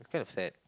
kind of sad